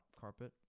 carpet